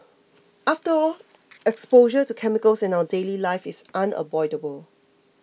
after all exposure to chemicals in our daily life is unavoidable